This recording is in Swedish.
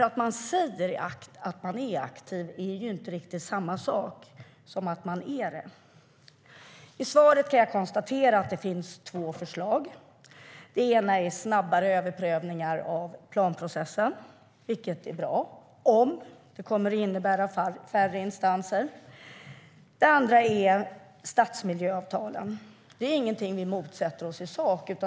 Att säga att man är aktiv är ju inte samma sak som att vara det. Jag kan konstatera att det finns två förslag i svaret. Det ena är snabbare överprövningar av planprocessen, vilket är bra om det innebär färre instanser. Det andra förslaget är stadsmiljöavtalen. De är ingenting som vi motsätter oss i sak.